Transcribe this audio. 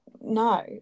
no